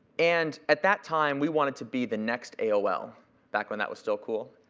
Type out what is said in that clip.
and at that time, we wanted to be the next aol back when that was still cool.